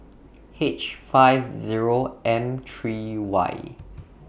H five Zero M three Y